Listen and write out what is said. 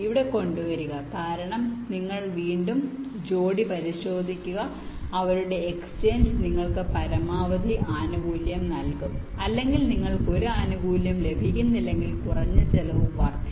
ഇവിടെ കൊണ്ടുവരിക കാരണം ഇവിടെ നിങ്ങൾ വീണ്ടും ജോഡി പരിശോധിക്കുക അവരുടെ എക്സ്ചേഞ്ച് നിങ്ങൾക്ക് പരമാവധി ആനുകൂല്യം നൽകും അല്ലെങ്കിൽ നിങ്ങൾക്ക് ഒരു ആനുകൂല്യം ലഭിക്കുന്നില്ലെങ്കിൽ കുറഞ്ഞ ചിലവ് വർദ്ധിക്കും